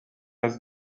has